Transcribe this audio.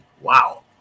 Wow